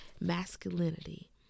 Masculinity